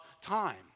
time